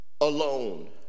alone